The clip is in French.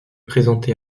présenté